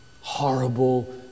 horrible